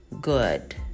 good